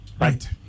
Right